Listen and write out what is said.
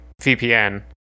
VPN